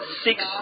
six